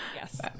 Yes